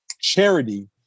charity